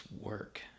work